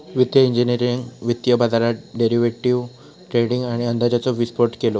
वित्तिय इंजिनियरिंगने वित्तीय बाजारात डेरिवेटीव ट्रेडींग आणि अंदाजाचो विस्फोट केलो